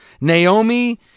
Naomi